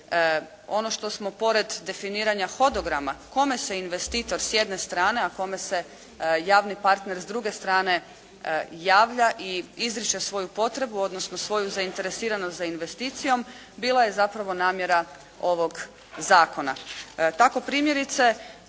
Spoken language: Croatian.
Ono što smo pored definiranja hodograma, kome se investitor s jedne strane, a kome se javni partner s druge strane javlja i izriče svoju potrebu, odnosno svoju zainteresiranost za investicijom bila je zapravo namjera ovog zakona.